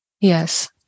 Yes